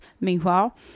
Meanwhile